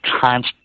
constant